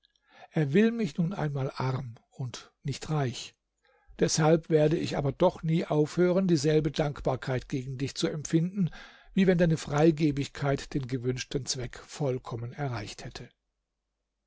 er will mich nun einmal arm und nicht reich deshalb werde ich aber doch nie aufhören dieselbe dankbarkeit gegen dich zu empfinden wie wenn deine freigebigkeit den gewünschten zweck vollkommen erreicht hätte